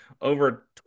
over